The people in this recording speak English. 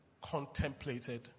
contemplated